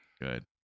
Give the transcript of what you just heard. Good